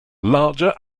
larger